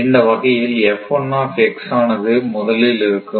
இந்த வகையில் ஆனது முதலில் இருக்கும்